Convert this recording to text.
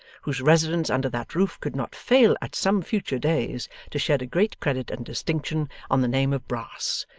whose residence under that roof could not fail at some future days to shed a great credit and distinction on the name of brass,